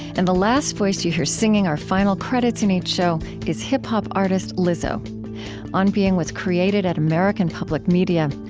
and the last voice that you hear singing our final credits in each show is hip-hop artist lizzo on being was created at american public media.